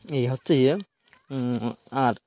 এই হচ্ছে ইয়ে আর